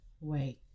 Wait